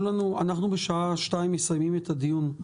בשעה שתיים מסיימים את הדיון,